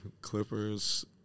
Clippers